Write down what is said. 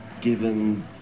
given